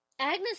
Agnes